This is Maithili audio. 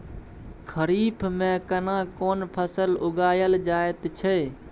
खरीफ में केना कोन फसल उगायल जायत छै?